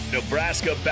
Nebraska